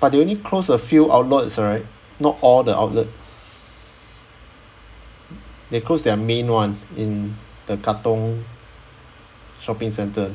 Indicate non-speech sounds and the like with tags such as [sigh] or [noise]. but they only close a few outlets right not all the outlet [noise] they close their main [one] in the katong shopping centre